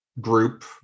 group